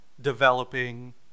developing